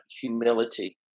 humility